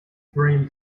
bream